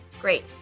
Great